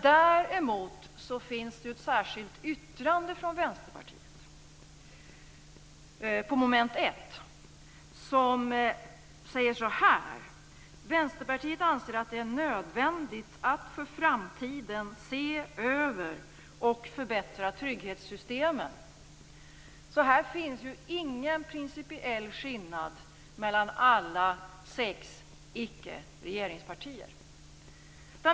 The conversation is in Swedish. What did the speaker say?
Däremot finns det ett särskilt yttrande från Vänsterpartiet under mom. 1 där man säger så här: "Vänsterpartiet anser att det är nödvändigt att för framtiden se över och förbättra trygghetssystemen." Här finns ingen principiell skillnad mellan alla sex icke-regeringspartier.